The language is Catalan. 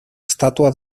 estàtua